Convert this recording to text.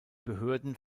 behörden